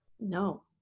No